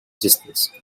distance